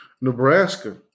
Nebraska